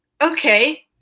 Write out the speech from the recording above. okay